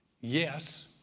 Yes